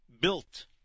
built